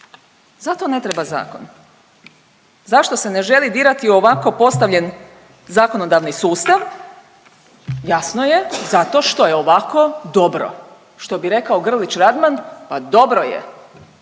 Zato ne treba zakon. Zašto se ne želi dirati u ovako postavljen zakonodavni sustav? Jasno je, zato što je ovako dobro. Što bi rekao Grlić Radman pa dobro je.